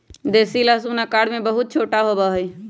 देसी लहसुन आकार में बहुत छोटा होबा हई